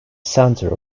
center